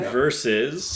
versus